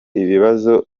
ibibazo